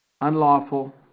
unlawful